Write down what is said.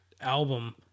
album